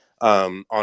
On